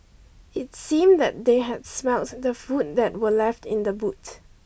it seemed that they had smelt the food that were left in the boot